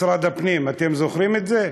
משרד הפנים, אתם זוכרים את זה?